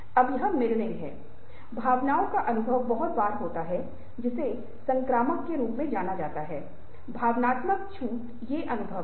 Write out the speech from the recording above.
कृपया याद रखें कि याद रखना हमेशा अधिक तीव्र होता है स्मृति को मजबूत किया जाता है जब एक ही जानकारी प्रदान करने के लिए कई चैनलों का उपयोग होता है